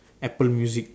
apple music